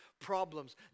problems